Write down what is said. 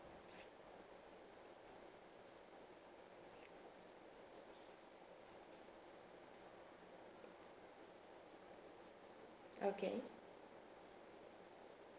okay